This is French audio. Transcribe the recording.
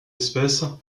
espèces